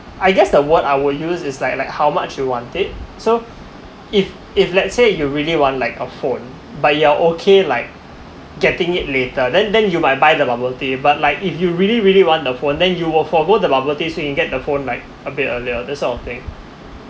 I guess the what I will use is like like how much you want it so if if let's say you really want like a phone but you are okay like getting it later then then you might buy the bubble tea but like if you really really want the phone then you will forgot the bubble tea so you get the phone like a bit earlier this sort of thing